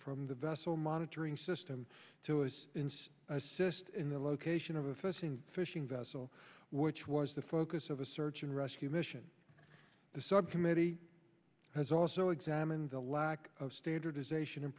from the vessel monitoring system to us assist in the location of a fifteen fishing vessel which was the focus of a search and rescue mission the subcommittee has also examined the lack of standardization